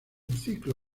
ciclo